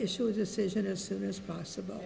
issue a decision as soon as possible